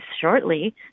shortly